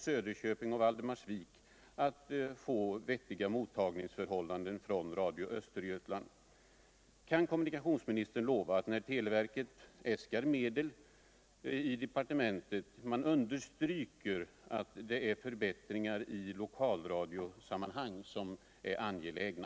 Söderköping och Valdemarsvik — att få vettiga mottagningsförhållanden från Radio Östergötland. Kan kommunikationsministern lova att televerkot, när man äskar medel i departementet, understryker att dot är förbättringar i lokalradiosammanhang som är angelägna?